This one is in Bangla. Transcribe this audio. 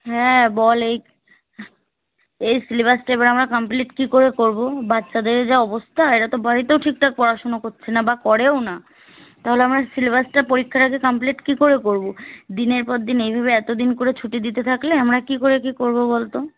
হ্যাঁ বল এই এই সিলেবাসটা এবার আমরা কমপ্লিট কী করে করব বাচ্চাদের যা অবস্থা এরা তো বাড়িতেও ঠিকঠাক পড়াশুনো করছে না বা করেও না তাহলে আমরা সিলেবাসটা পরীক্ষার আগে কমপ্লিট কী করে করব দিনের পর দিন এইভাবে এত দিন করে ছুটি দিতে থাকলে আমরা কী করে কী করব বল তো